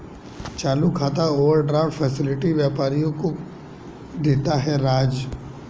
चालू खाता overdraft facility व्यापारियों को देता है राज